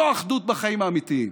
זו אחדות בחיים האמיתיים,